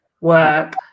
work